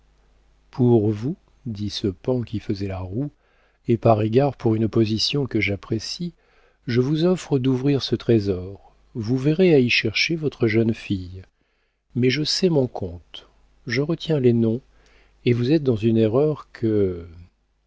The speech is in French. pour vous dit ce paon qui faisait la roue et par égard pour une position que j'apprécie je vous offre d'ouvrir ce trésor vous verrez à y chercher votre jeune fille mais je sais mon compte je retiens les noms et vous êtes dans une erreur que